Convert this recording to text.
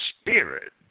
spirit